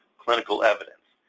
clinical evidence.